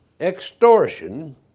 extortion